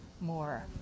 more